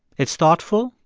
it's thoughtful.